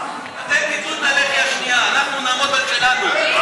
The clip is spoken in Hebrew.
אתם תיתנו את הלחי השנייה, אנחנו נעמוד על שלנו.